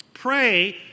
pray